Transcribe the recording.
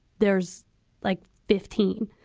there's like fifteen.